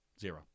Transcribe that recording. zero